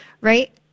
right